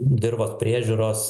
dirvos priežiūros